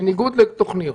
בניגוד לתוכניות,